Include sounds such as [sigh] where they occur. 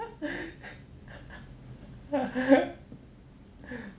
[breath]